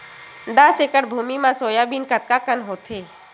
दस एकड़ भुमि म सोयाबीन कतका कन होथे?